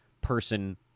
person